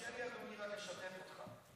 תרשה לי, אדוני, רק לשתף אותך.